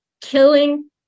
killing